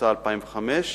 התשס"ה 2005,